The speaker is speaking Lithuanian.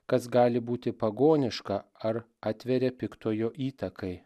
kas gali būti pagoniška ar atveria piktojo įtakai